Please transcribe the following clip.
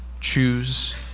choose